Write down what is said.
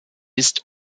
ist